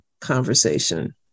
conversation